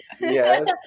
Yes